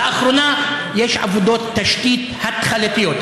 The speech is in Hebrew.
לאחרונה יש עבודות תשתית התחלתיות,